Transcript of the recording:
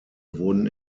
wurden